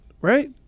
right